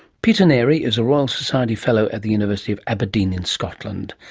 peter neri is a royal society fellow at the university of aberdeen in scotland,